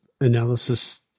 analysis